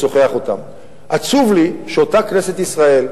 עצוב לי שאותה כנסת ישראל,